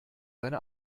seine